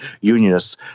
unionists